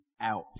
out